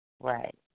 Right